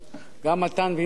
גם מתן וילנאי,